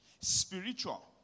Spiritual